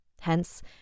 Hence